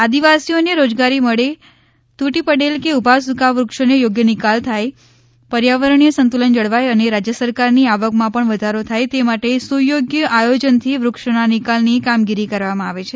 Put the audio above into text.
આદિવાસીઓને રોજગારી મળે તૂટી પડેલ કે ઊભા સુકા વૃક્ષોનો યોગ્ય નિકાલ થાય પર્યાવરણીય સંતુલન જળવાય અને રાજ્ય સરકારની આવકમાં પણ વધારો થાય તે માટે સુયોગ્ય આયોજનથી વૃક્ષોના નિકાલની કામગીરી કરવામાં આવે છે